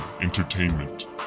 entertainment